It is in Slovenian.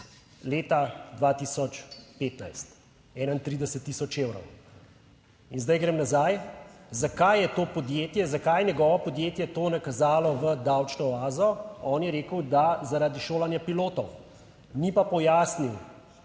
leta 2015 31 tisoč evrov. In zdaj grem nazaj. Zakaj je to podjetje, zakaj je njegovo podjetje to nakazalo v davčno oazo? On je rekel, da zaradi šolanja pilotov, ni pa pojasnil,